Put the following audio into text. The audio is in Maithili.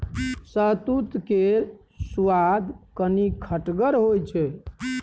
शहतुत केर सुआद कनी खटगर होइ छै